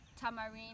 tamarind